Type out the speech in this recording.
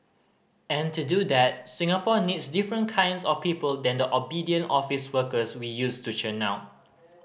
and to do that Singapore needs different kinds of people than the obedient office workers we used to churn out